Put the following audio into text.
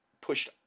pushed